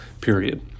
period